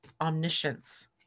omniscience